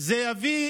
זה יביא